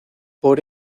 por